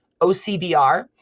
OCVR